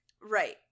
right